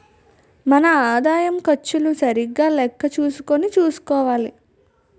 మన ఆదాయం ఖర్చులు సరిగా లెక్క చూసుకుని చూసుకోవాలి